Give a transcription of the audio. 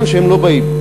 מצוין שהם לא באים,